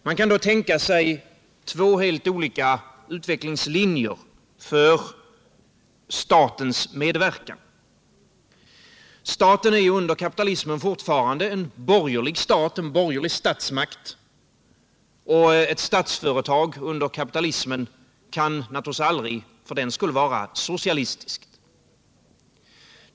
Man kan då tänka sig två olika utvecklingslinjer för statens medverkan. Staten är ju under kapitalismen fortfarande en borgerlig statsmakt, och ett statsföretag under kapitalismen kan naturligtvis aldrig för den skull vara socialistiskt.